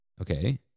Okay